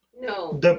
No